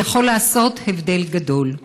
שיכול לעשות הבדל גדול,